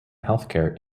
healthcare